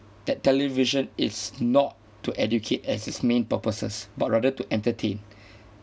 that television is not to educate as its main purposes but rather to entertain